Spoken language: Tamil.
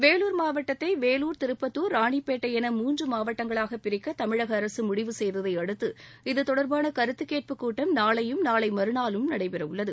வேலூர் மாவட்டத்தை வேலூர் திருப்பத்தூர் ராணிப்பேட்டை என மூன்று மாவட்டங்களாக பிரிக்க தமிழக அரசு முடிவு செய்ததை அடுத்து இது தொடர்பான கருத்துக்கேட்பு கூட்டம் நாளையும் நாளை மறுநாளும் நடைபெறவுள்ளது